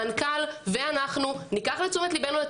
המנכ"ל ואנחנו ניקח לתשומת לבנו את